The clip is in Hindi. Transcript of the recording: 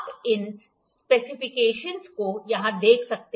आप इन स्पेसिफिकेशनस को यहां देख सकते हैं